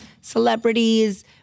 celebrities